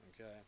Okay